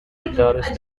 guitarist